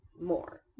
more